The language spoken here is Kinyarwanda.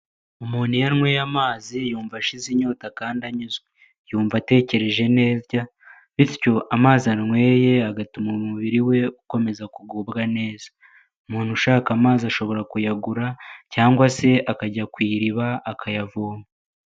Umuntu iyo anyweye amazi yumva ashize inyota kandi anyuzwe yumva atekereje neza bityo amazi anyweye agatuma umubiri we ukomeza kugubwa neza umuntu ushaka amazi ashobora kuyagura cyangwa se akajya ku iriba akayavoma.